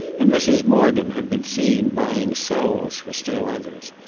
and mrs. morgan had been seen buying soles for still others.